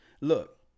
Look